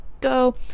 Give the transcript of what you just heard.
go